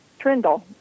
Trindle